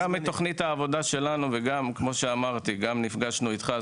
גם בתוכנית העבודה שלנו וגם בפגישה איתך...